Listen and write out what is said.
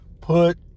Put